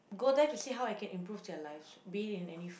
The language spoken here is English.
go there to see how I can improve their lives be it in any f~